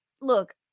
look